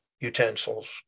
utensils